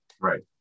Right